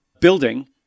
building